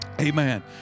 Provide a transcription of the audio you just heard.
Amen